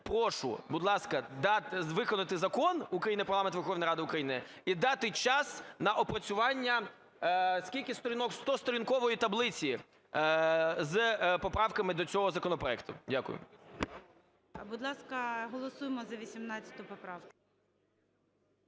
прошу, будь ласка, виконати Закон України "Про Регламент Верховної Ради України" і дати час на опрацювання, скільки сторінок, 100-сторінкової таблиці з поправками до цього законопроекту. Дякую. ГОЛОВУЮЧИЙ. Будь ласка, голосуємо за 18 поправку.